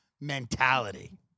mentality